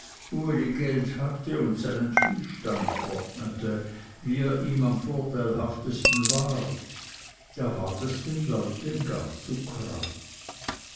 geld hatte und seinen viehstand ordnete wie er ihm am vorteilhaftesten war da ward es den leuten gar zu kraus